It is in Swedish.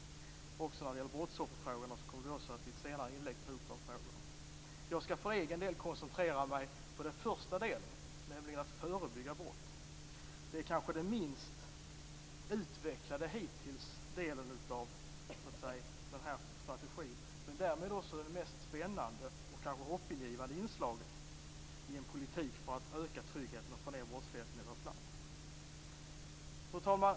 Också brottsofferfrågorna kommer vi att ta upp i ett senare inlägg. Jag skall för egen del koncentrera mig på den första delen, nämligen att förebygga brott. Det är kanske den hittills minst utvecklade delen av strategin, men därmed också det mest spännande och kanske hoppingivande inslaget i politiken för att öka tryggheten och få ned brottsligheten i vårt land. Fru talman!